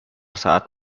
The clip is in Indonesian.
saat